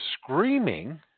screaming